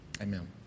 Amen